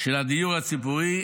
של הדיור הציבורי,